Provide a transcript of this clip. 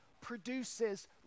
produces